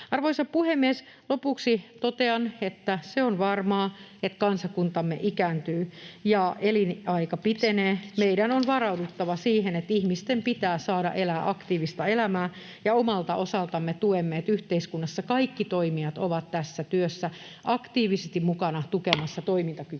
Arvoisa puhemies! Lopuksi totean, että se on varmaa, että kansakuntamme ikääntyy ja elinaika pitenee. Meidän on varauduttava siihen, että ihmisten pitää saada elää aktiivista elämää, ja omalta osaltamme tuemme, että yhteiskunnassa kaikki toimijat ovat tässä työssä aktiivisesti mukana tukemassa [Puhemies